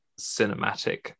cinematic